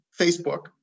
Facebook